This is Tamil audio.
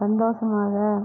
சந்தோசமாக